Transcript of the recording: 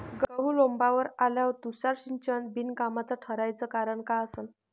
गहू लोम्बावर आल्यावर तुषार सिंचन बिनकामाचं ठराचं कारन का असन?